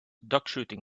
duckshooting